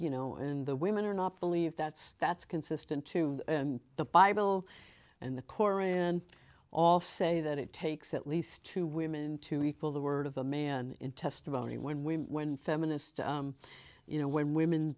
you know and the women are not believe that's that's consistent to the bible and the koran and all say that it takes at least two women to equal the word of a man in testimony when we when feminist you know when women